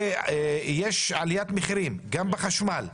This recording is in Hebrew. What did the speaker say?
וזה כשיש עליית מחירים בחשמל,